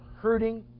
hurting